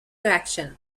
action